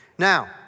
Now